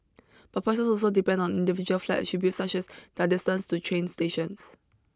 but prices also depend on individual flat attributes such as their distance to train stations